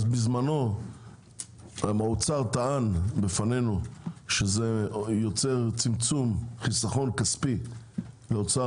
בזמנו האוצר טען בפנינו שזה יוצר חסכון כספי לאוצר